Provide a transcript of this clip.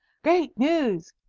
great news!